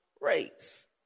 race